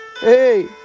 Hey